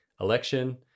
election